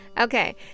Okay